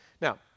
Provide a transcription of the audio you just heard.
Now